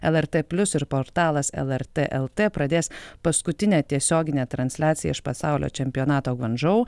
lrt plius ir portalas lrt lt pradės paskutinę tiesioginę transliaciją iš pasaulio čempionato hangdžou